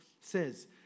says